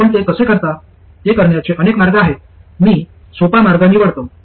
आपण ते कसे करता ते करण्याचे अनेक मार्ग आहेत मी सोपा मार्ग निवडतो